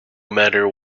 matter